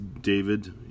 David